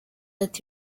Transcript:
ati